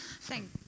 Thank